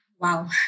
Wow